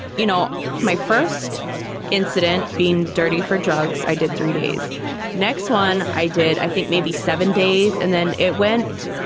you know my first incident being dirty for drugs i did three days. the next one i did i think maybe seven days. and then it went,